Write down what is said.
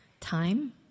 time